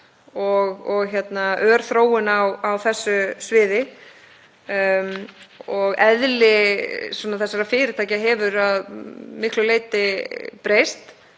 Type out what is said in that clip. að ör þróun er á þessu sviði. Eðli þessara fyrirtækja hefur að miklu leyti breyst,